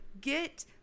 get